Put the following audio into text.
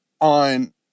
on